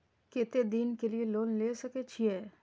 केते दिन के लिए लोन ले सके छिए?